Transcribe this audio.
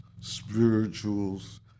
spirituals